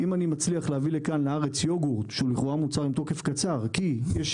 אם אני מצליח להביא לארץ יוגורט שהוא לכאורה מוצר עם תוקף קצר כי יש